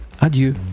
adieu